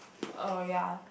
oh ya